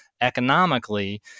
economically